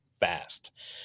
fast